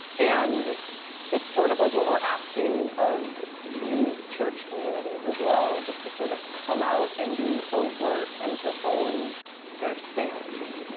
and it's sort of like what we're asking of these church communities as well, just to sort of come out and be overt and to own their stance. yeah